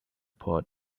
poured